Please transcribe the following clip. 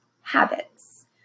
habits